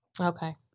Okay